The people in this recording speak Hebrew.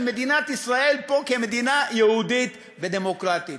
מדינת ישראל פה כמדינה יהודית ודמוקרטית.